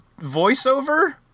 voiceover